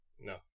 No